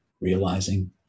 realizing